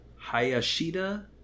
Hayashida